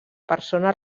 persona